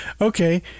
Okay